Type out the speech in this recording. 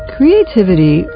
Creativity